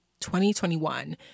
2021